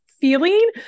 feeling